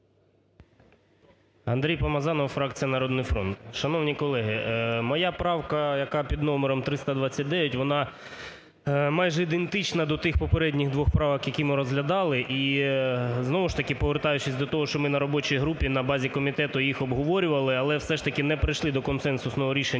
Андрій Помазанов, фракція "Народний фронт". Шановні колеги, моя правка, яка під номером 329, вона майже ідентична до тих попередніх двох правок, які ми розглядали. І знову ж таки, повертаючись до того, що ми на робочій групі на базі комітету їх обговорювали, але все ж таки не прийшли до консенсусного рішення